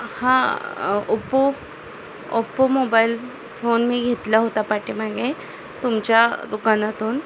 हां Oppo Oppo mobile phone मी घेतला होता पाठीमागे तुमच्या दुकानातून